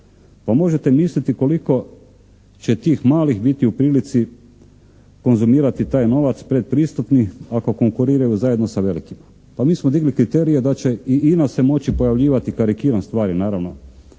Pa možete misliti koliko će tih malih biti u prilici konzumirati taj novac pretpristupni ako konkuriraju zajedno sa velikima. Pa mi smo digli kriterije da će i INA se moći pojavljivati, karikiram stvari naravno,